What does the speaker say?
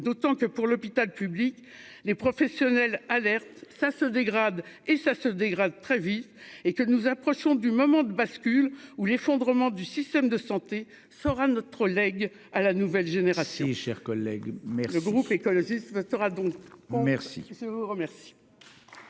d'autant que pour l'hôpital public, les professionnels alerte, ça se dégrade et ça se dégrade très vite et que nous approchons du moment de bascule ou l'effondrement du système de santé sera notre lègue à la nouvelle génération, chers collègues, mais le groupe écologiste restera donc merci, je vous remercie.